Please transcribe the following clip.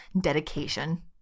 dedication